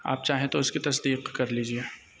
آپ چاہیں تو اس کی تصدق کر لیجیے